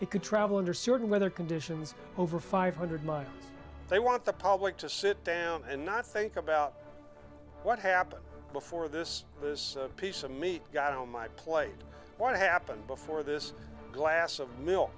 it could travel under certain weather conditions over five hundred miles they want the public to sit down and not think about what happened before this this piece of meat got on my plate what happened before this glass of milk